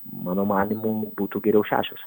mano manymu būtų geriau šešios